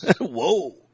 Whoa